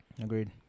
Agreed